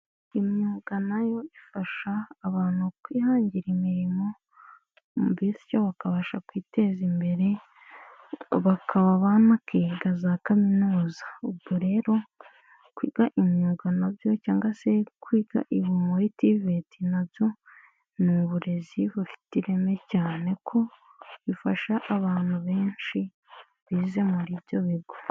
Imyuga nayo ifasha abantu kwihangira imirimo bityo bakabasha kwiteza imbere bakababa makiga za kaminuza. Ubwo rero kwiga imyuga nabyo cyangwa se kwiga muri tivati nabyo ni uburezi bufite ireme cyane ko bifasha abantu benshi bize muri ibyo bigo.